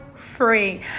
Free